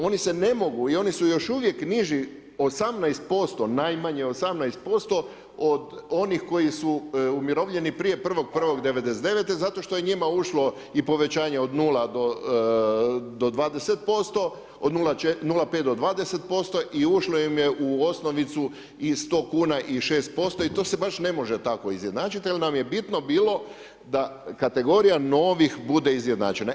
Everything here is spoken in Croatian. Oni se ne mogu i oni su još uvijek niži 18% najmanje 18% od onih koji su umirovljeni prije 1.1.'99. zato što je njima ušlo i povećanje od 0 do 20%, od 0,5 do 20% i ušlo im je u osnovicu i 100 kuna i 6% i to se baš ne može tako izjednačiti jer nam je bitno bilo, da kategorija novih bude izjednačena.